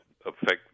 affect